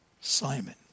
Simon